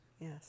Yes